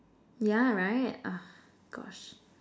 yeah right ah gosh